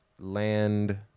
land